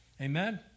Amen